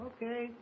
Okay